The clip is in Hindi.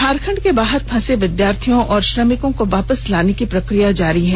झारखण्ड के बाहर फंसे विधार्थियों और श्रमिकों को वापस लाने की प्रक्रिया जारी है